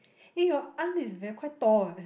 eh your aunt is very quite tall eh